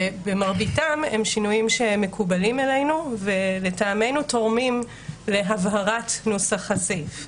שבמרביתם הם שינויים שמקובלים עלינו ולטעמנו תורמים להבהרת נוסח הסעיף.